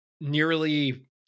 nearly